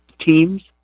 teams